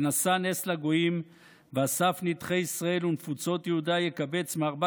ונשא נס לגוים ואסף נדחי ישראל ונפצות יהודה יקבץ מארבע